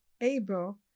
able